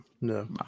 No